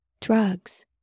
drugs